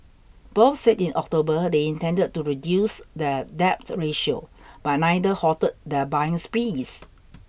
both said in October they intended to reduce their debt ratio but neither halted their buying sprees